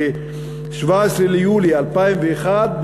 ב-17 ביולי 2001,